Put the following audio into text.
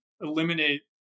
eliminate